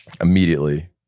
immediately